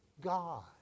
God